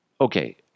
okay